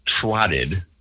trotted